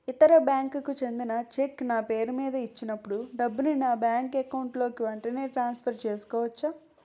ఇతర బ్యాంక్ కి చెందిన చెక్ నా పేరుమీద ఇచ్చినప్పుడు డబ్బుని నా బ్యాంక్ అకౌంట్ లోక్ వెంటనే ట్రాన్సఫర్ చేసుకోవచ్చా?